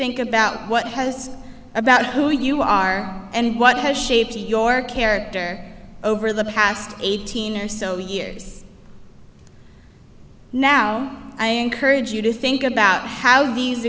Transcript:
think about what has about who you are and what has shaped your character over the past eighteen or so years now i encourage you to think about how these